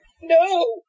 No